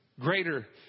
greater